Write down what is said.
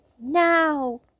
now